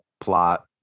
plot